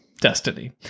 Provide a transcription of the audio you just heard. destiny